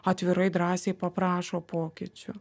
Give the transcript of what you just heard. atvirai drąsiai paprašo pokyčių